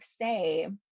say